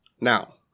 Now